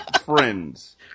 friends